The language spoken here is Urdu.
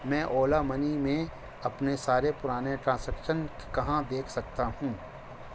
میں اولا منی میں اپنے سارے پرانے ٹرانسیکشن کہاں دیکھ سکتا ہوں